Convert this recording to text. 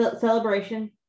celebration